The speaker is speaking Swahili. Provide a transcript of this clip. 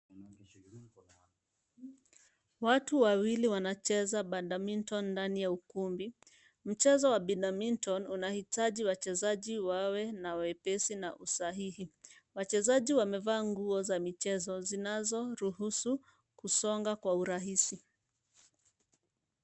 Watu wawili wanacheza badminton ndani ya ukumbi. Mchezo wa badminton unahitaji wachezaji wawe na wepesi na usahihi. Wachezaji wamevaa nguo za michezo zinazoruhusu kusonga kwa urahisi.